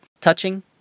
Touching